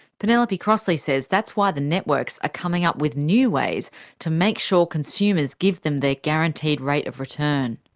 penelope crossley says that's why the networks are coming up with new ways to make sure consumers give them their guaranteed rate of return.